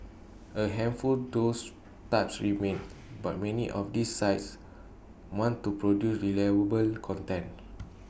A handful those types remain but many of these sites want to produce reliable content